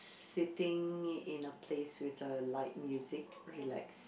sitting in a place with uh light music relaxed